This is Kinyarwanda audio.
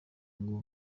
ngo